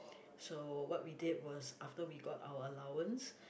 so what we did was after we got our allowance